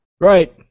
Right